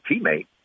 teammate